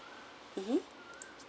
mmhmm